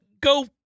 go